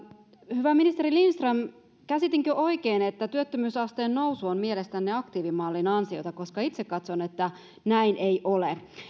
hyvä ministeri lindström käsitinkö oikein että työttömyysasteen nousu on mielestänne aktiivimallin ansiota itse katson että näin ei ole